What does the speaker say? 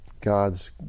God's